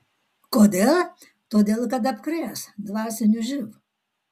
kodėl todėl kad apkrės dvasiniu živ